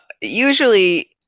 usually